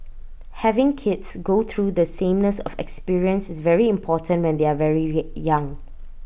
having kids go through the sameness of experience is very important when they are very week young